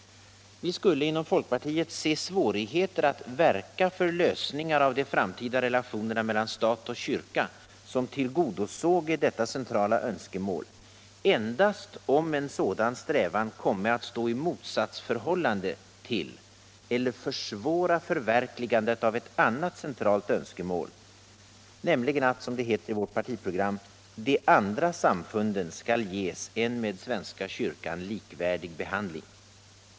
Vi skulle inom folkpartiet se svårigheter att verka för lösningar av de framtida relationerna mellan stat och kyrka som tillgodosåge detta centrala önskemål endast om en sådan strävan komme att stå i motsatsförhållande till eller försvåra förverkligandet av ett annat centralt önskemål, nämligen att — som det heter i vårt partiprogram — ”de andra samfunden skall ges en med svenska kyrkan likvärdig behandling”.